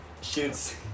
shoots